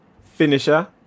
finisher